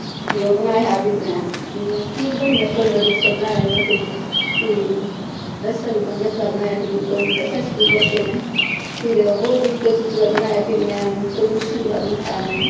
कि फिर ओह् बनाया में ठीक बनिया फिर में दिक्खेआ फिर में फ्ही दस्सेआ दुऐ दिन बनाया फ्ही दुऐ दिन दस्सेआ स्कूल जाईयै में फिर इक दो चीज़ दा बनाया में फिर प्रदूशन दा बनाया में